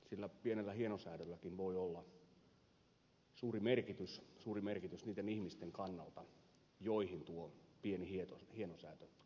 sillä pienellä hienosäädölläkin voi olla suuri merkitys niitten ihmisten kannalta joihin tuo pieni hienosäätö kohdentuu